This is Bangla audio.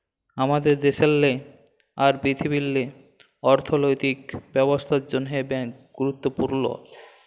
আমাদের দ্যাশেল্লে আর পীরথিবীল্লে অথ্থলৈতিক ব্যবস্থার জ্যনহে ব্যাংক গুরুত্তপুর্ল